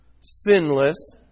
sinless